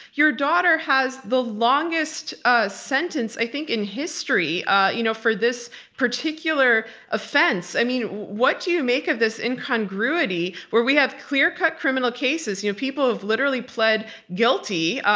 your daughter has the longest ah sentence, i think, in history you know for this particular offense. i mean, what do you make of this incongruity, where we have clear cut criminal cases, you know people have literally pled guilty,